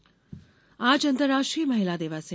महिला दिवस आज अंतर्राष्ट्रीय महिला दिवस है